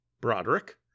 Broderick